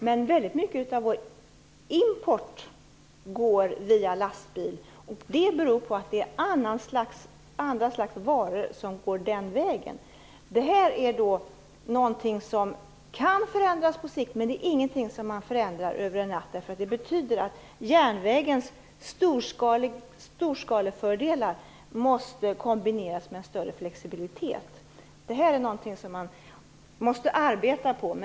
Men väldigt mycket av vår import går på lastbil. Det beror på att det är andra slags varor som går den vägen. Detta är något som kan förändras på sikt, men det är ingenting som man förändrar över en natt. Det betyder att järnvägens storskalefördelar måste kombineras med en större flexibilitet. Detta är något som vi måste arbeta på.